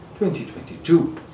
2022